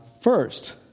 first